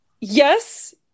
Yes